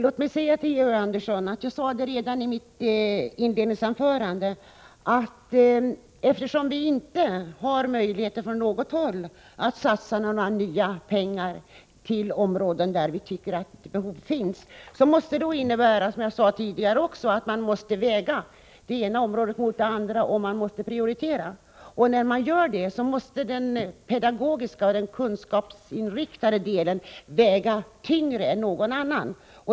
Herr talman! Jag sade redan i mitt inledningsanförande, Georg Andersson, att vi inte från något håll har möjligheter att satsa några nya pengar på alla de områden där vi tycker att behov finns. Det innebär att man måste väga det ena området mot det andra och prioritera, och när man gör det måste den pedagogiska och kunskapsinriktade delen väga tyngre än någon annan.